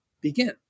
begin